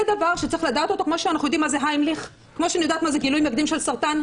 זה דבר שצריך לדעת אותו כמו שאנחנו יודעים מה זה גילוי מקדים של סרטן,